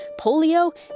polio